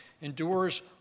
endures